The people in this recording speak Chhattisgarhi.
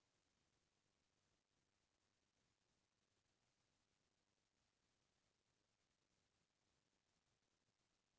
मैं चालीस पैली अपन संगी ल मसूर के बीजहा दे हव चार साल म मोला कतका बाड़ही मिलिस जाही?